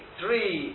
three